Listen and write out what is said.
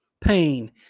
pain